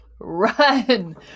run